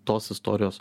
tos istorijos